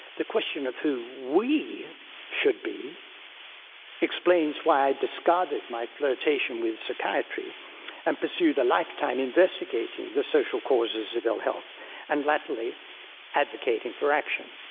the question of who we should be explains why i discarded my flirtation with psychiatry and pursued a lifetime investigating the social causes of ill-health and latterly advocating for action.